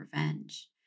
revenge